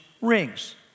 rings